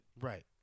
Right